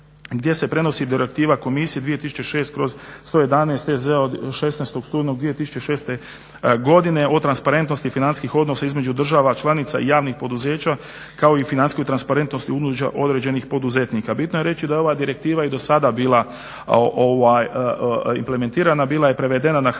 gdje se prenosi Direktiva Komisije 2006/111 EZ od 16. studenog 2006. godine o transparentnosti financijskih odnosa između država članica i javnih poduzeća kao i financijskoj transparentnosti … određenih poduzetnika. Bitno je reći da je ova direktiva i do sada bila implementira, bila je prevedena na hrvatski